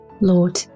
Lord